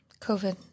COVID